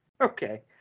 Okay